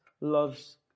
loves